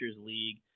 league